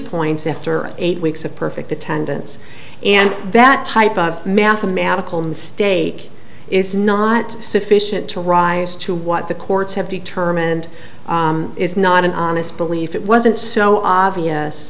points after eight weeks of perfect attendance and that type of mathematical mistake is not sufficient to rise to what the courts have determined is not an honest belief it wasn't so obvious